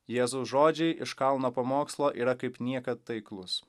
jėzaus žodžiai iš kalno pamokslo yra kaip niekad taiklus